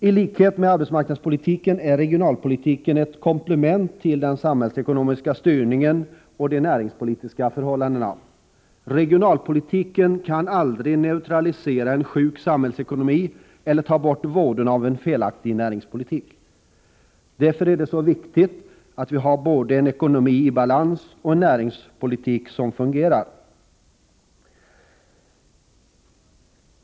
Tlikhet med arbetsmarknadspolitiken är regionalpolitiken ett komplement till den samhällsekonomiska styrningen och de näringspolitiska förhållandena. Regionalpolitiken kan aldrig neutralisera en sjuk samhällsekonomi eller ta bort vådorna av en felaktig näringspolitik. Därför är det så viktigt att vi har både en ekonomi i balans och en näringspolitik som fungerar.